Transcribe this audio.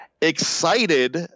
excited